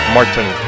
Martin